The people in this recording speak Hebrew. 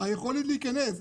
היכולת להיכנס,